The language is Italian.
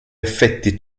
effetti